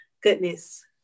goodness